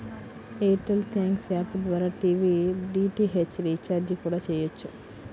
air tell thanks app ద్వారా TV DTH recharge కూడా చెయ్యొచ్చు